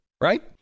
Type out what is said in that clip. right